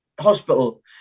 hospital –